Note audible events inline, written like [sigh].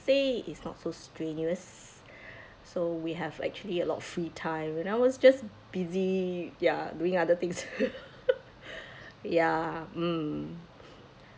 say it's not so strenuous [breath] so we have actually a lot of free time and I was just busy ya doing other things [laughs] ya hmm